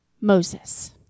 Moses